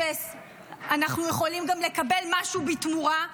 כשאנחנו יכולים גם לקבל משהו בתמורה,